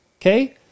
okay